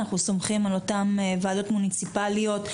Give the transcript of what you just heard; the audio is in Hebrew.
אנחנו סומכים על אותן ועדות מוניציפליות,